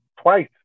twice